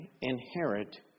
inherit